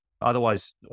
Otherwise